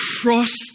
cross